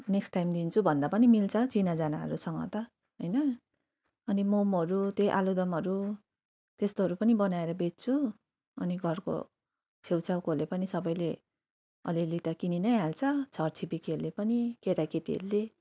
next time दिन्छु भन्दा पनि मिल्छ चिनाजानाहरूसँग त होइन अनि मोमोहरू त्यही आलुदमहरू त्यस्तोहरू पनि बनाएर बेच्छु अनि घरको छेउछाउकोहरूले पनि सबैले अलिअलि त किनी नै हाल्छ छर छिमेकीहरूले पनि केटाकेटीहरूले